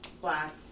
black